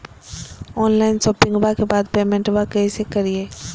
Online शोपिंग्बा के बाद पेमेंटबा कैसे करीय?